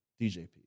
DJP